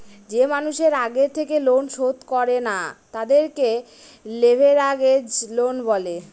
যে মানুষের আগে থেকে লোন শোধ করে না, তাদেরকে লেভেরাগেজ লোন বলে